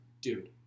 Dude